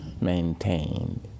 maintained